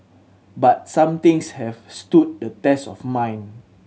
but some things have stood the test of mine